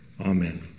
Amen